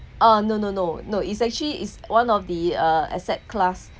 uh no no no no is actually is one of the uh asset class